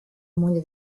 moglie